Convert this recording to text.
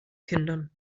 kindern